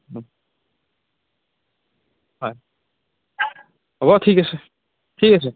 হয় হ'ব ঠিক আছে ঠিক আছে